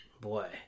Boy